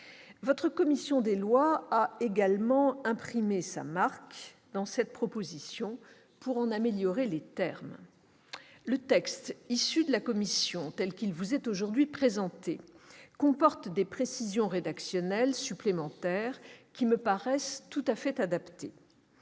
Votre commission des lois a également imprimé sa marque à cette proposition de loi pour en améliorer les termes. Le texte issu de la commission, tel qu'il vous est aujourd'hui présenté, comporte des précisions rédactionnelles supplémentaires, qui me paraissent tout à fait adaptées.